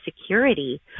security